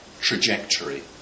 trajectory